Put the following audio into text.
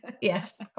Yes